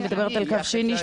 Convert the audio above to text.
היא מדברת על קו שני,